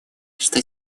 что